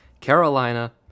Carolina